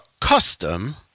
custom